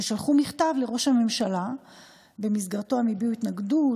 ששלחו מכתב לראש הממשל שבו הביעו התנגדות